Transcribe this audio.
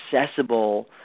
accessible